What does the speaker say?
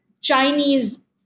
Chinese